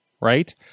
Right